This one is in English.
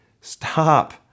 stop